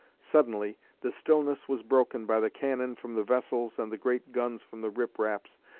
suddenly the stillness was broken by the cannon from the vessels and the great guns from the rip raps,